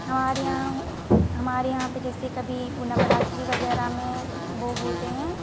हमारे यहाँ हमारे यहाँ पे जैसे कभी वो नवरात्रि वगैरह में वो होते हैं